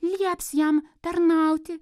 lieps jam tarnauti